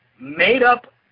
made-up